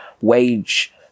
wage